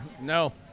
no